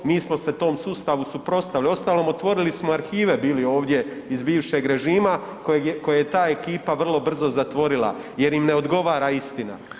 Mi smo se tom sustavu suprotstavili, uostalom otvorili smo arhive bili ovdje iz bivšeg režima koje je ta ekipa vrlo brzo zatvorila jer im ne odgovara istina.